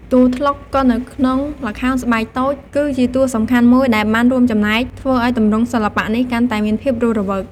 តួត្លុកកនៅក្នុងល្ខោនស្បែកតូច គឺជាតួសំខាន់មួយដែលបានរួមចំណែកធ្វើឱ្យទម្រង់សិល្បៈនេះកាន់តែមានភាពរស់រវើក ។